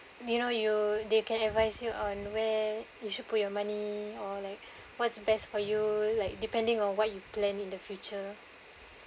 you know you they can advise you on where you should put your money or like what's best for you like depending on what you plan in the future